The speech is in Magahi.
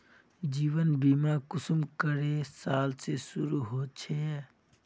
जीवन बीमा कुंसम करे साल से शुरू होचए?